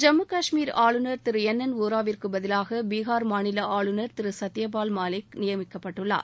ஜம்மு காஷ்மீர் ஆளுநர் Thiru N N ஒராவிற்கு பதிலாக பீகார் மாநில ஆளுநர் திரு சத்தியபால் மாலிக் நியமிக்கப்பட்டுள்ளார்